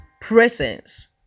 presence